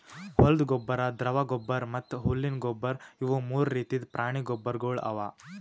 ಹೊಲ್ದ ಗೊಬ್ಬರ್, ದ್ರವ ಗೊಬ್ಬರ್ ಮತ್ತ್ ಹುಲ್ಲಿನ ಗೊಬ್ಬರ್ ಇವು ಮೂರು ರೀತಿದ್ ಪ್ರಾಣಿ ಗೊಬ್ಬರ್ಗೊಳ್ ಅವಾ